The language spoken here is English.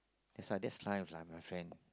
that's why that's life lah my friend